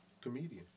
comedian